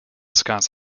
scots